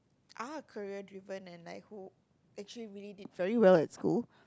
are career driven and like who actually really did very well at school